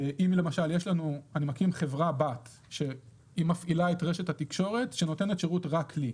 אם למשל אני מקים חברה בת שמפעילה את רשת התקשורת שנותנת שירות רק לי.